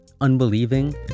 unbelieving